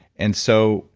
and so,